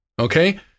Okay